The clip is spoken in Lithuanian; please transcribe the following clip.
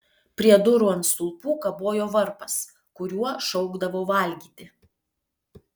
prie durų ant stulpų kabojo varpas kuriuo šaukdavo valgyti